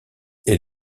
est